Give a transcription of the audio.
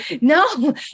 no